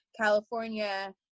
California